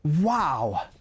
Wow